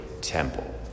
temple